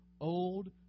old